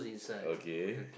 okay